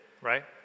right